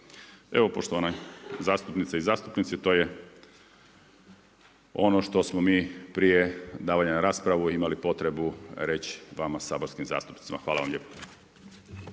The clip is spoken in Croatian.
Evo poštovane zastupnice i zastupnici to je ono što smo mi prije davanja na raspravu imali potrebu reći vama saborskim zastupnicima. Hvala vam lijepo.